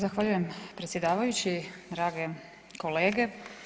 Zahvaljujem predsjedavajući, drage kolege.